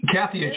Kathy